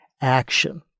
action